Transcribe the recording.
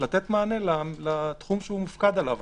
לתת מענה לתחום שהוא מופקד עליו.